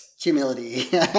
humility